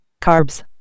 carbs